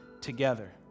together